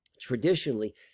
traditionally